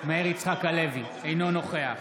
אינו נוכח